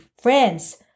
friends